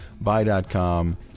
buy.com